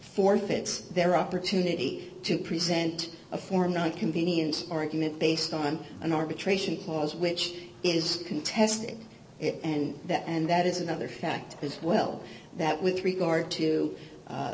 forfeit their opportunity to present a four month convenience argument based on an arbitration clause which is contested and that and that is another factor as well that with regard to